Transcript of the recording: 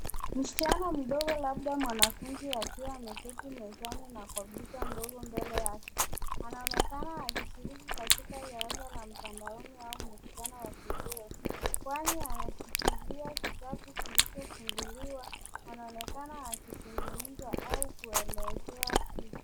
Msichana mdogo labda mwanafunzi akiwa ameketi mezani na kompyuta ndogo mbele yake. Anaonekana akishiriki katika darasa la mtandaoni au mkutano wa video kwani anashikilia kitabu kilichofunguliwa. Anaonekana akizungumza au kuelezea kitu.